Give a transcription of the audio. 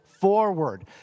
forward